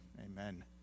amen